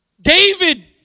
David